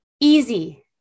easy